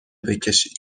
بکشید